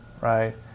right